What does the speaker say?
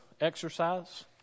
exercise